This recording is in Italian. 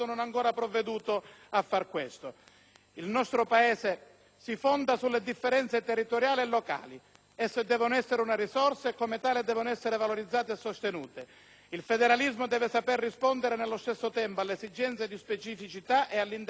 Il nostro Paese si fonda sulle differenze territoriali e locali; esse devono essere una risorsa e come tali devono essere valorizzate e sostenute. Il federalismo deve saper rispondere, allo stesso tempo, alle esigenze di specificità e all'interesse all'unità. Torna alla mente